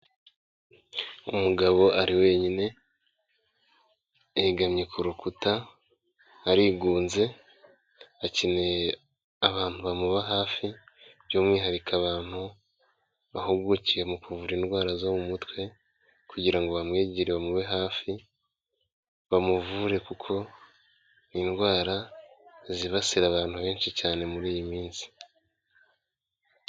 Umugabo ari wenyine, yegamye ku rukuta arigunze akeneye abantu bamuba hafi, by'umwihariko abantu bahugukiye mu kuvura indwara zo mu mutwe kugira ngo bamwegere bamube hafi bamuvure kuko indwara zibasira abantu benshi cyane muri iyi minsi.